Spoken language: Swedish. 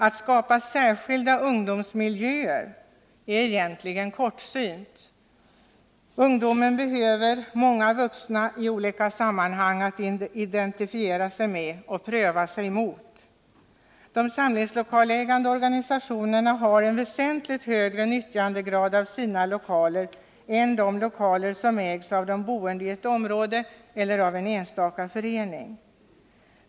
Att skapa särskilda ungdomsmiljöer är egentligen kortsynt. Ungdomen behöver i olika sammanhang många vuxna att identifiera sig med och pröva sig mot. Organisationernas samlingslokaler utnyttjas i väsentligt större utsträckning än sådana lokaler som ägs av de boende i ett område eller av en enstaka förening.